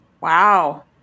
Wow